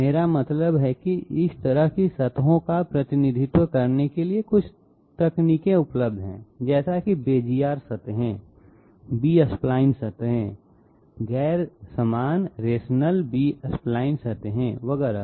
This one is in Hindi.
मेरा मतलब है कि इस तरह की सतहों का प्रतिनिधित्व करने की कुछ तकनीकें उपलब्ध हैं जैसे कि बेज़ियर सतहें B स्पलाइन सतह गैर समान रेशनल B स्पलाइन सतहें वगैरह